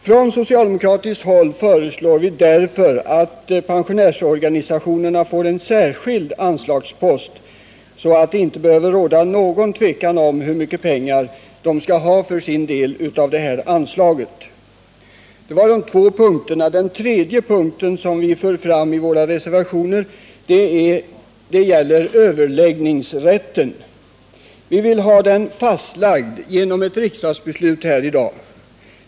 Från socialdemokratiskt håll föreslår vi därför att pensionärsorganisationerna får en särskild anslagspost så att det inte behöver råda något 7 tvivel om hur mycket pengar de för sin del skall ha av det här anslaget. Vi förde också fram överläggningsrätten i en av våra reservationer. Vi vill ha den fastlagd genom ett riksdagsbeslut här i dag.